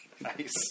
Nice